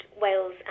Wales